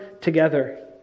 together